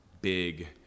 big